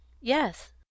Yes